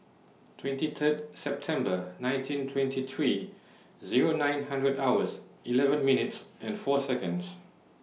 twenty Third September nineteen twenty three Zero nine hundred hours eleven minutes and four Seconds